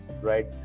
Right